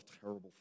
terrible